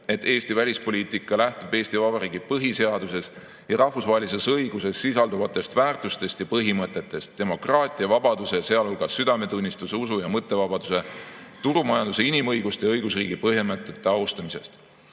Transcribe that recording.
"Eesti välispoliitika lähtub Eesti Vabariigi põhiseaduses ja rahvusvahelises õiguses sisalduvatest väärtustest ja põhimõtetest, demokraatia, vabaduse, sealhulgas südametunnistuse-, usu- ja mõttevabaduse, turumajanduse, inimõiguste ja õigusriigi põhimõtete austamisest